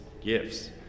gifts